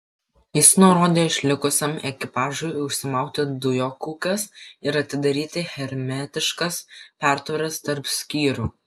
jis nurodė išlikusiam ekipažui užsimauti dujokaukes ir atidaryti hermetiškas pertvaras tarp skyrių